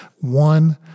One